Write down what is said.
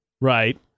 Right